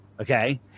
Okay